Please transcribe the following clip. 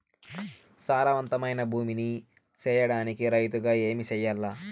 సారవంతమైన భూమి నీ సేయడానికి రైతుగా ఏమి చెయల్ల?